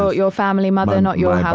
so your family mother, not your house